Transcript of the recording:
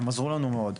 הם עזרו לנו מאוד.